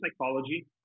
psychology